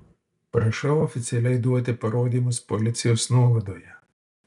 prašau oficialiai duoti parodymus policijos nuovadoje